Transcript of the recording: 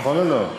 נכון או לא?